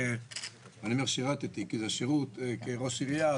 כראש עירייה,